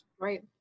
Right